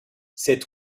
cet